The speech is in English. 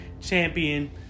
champion